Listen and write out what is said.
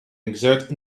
exert